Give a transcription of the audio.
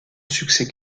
succès